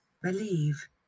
believe